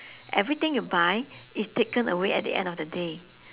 everything you buy is taken away at the end of the day